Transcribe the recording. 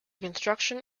construction